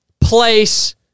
place